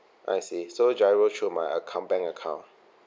I see so GIRO through my account bank account